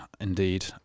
indeed